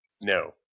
No